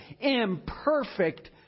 imperfect